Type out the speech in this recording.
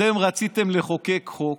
אתם רציתם לחוקק חוק,